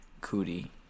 Cootie